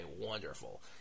wonderful